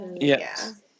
Yes